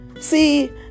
See